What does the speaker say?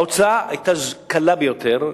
ההוצאה היתה קלה ביותר,